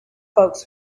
folks